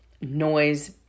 noise